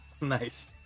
nice